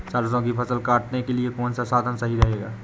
सरसो की फसल काटने के लिए कौन सा साधन सही रहेगा?